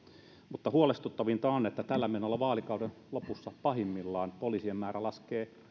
mutta huolestuttavinta on että tällä menolla vaalikauden lopussa pahimmillaan poliisien määrä laskee